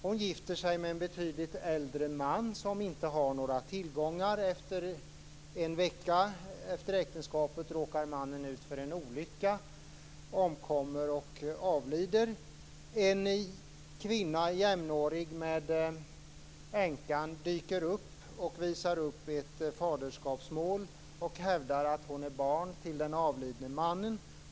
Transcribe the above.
Hon gifter sig med en betydligt äldre man som inte har några tillgångar. En vecka efter äktenskapet råkar mannen ut för en olycka och avlider. En kvinna, jämnårig med änkan, dyker upp, visar upp ett faderskapsintyg och hävdar att hon är barn till den avlidne mannen.